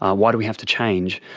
ah why do we have to change?